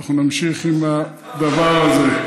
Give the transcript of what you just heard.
ואנחנו נמשיך עם הדבר הזה.